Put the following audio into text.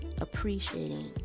appreciating